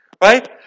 Right